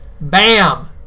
Bam